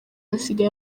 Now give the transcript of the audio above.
asigaye